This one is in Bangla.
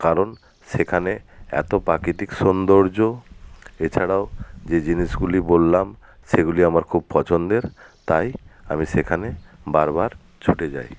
কারণ সেখানে এত প্রাকৃতিক সৌন্দর্য এছাড়াও যে জিনিসগুলি বললাম সেগুলি আমার খুব পছন্দের তাই আমি সেখানে বারবার ছুটে যাই